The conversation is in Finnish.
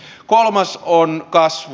kolmas on kasvu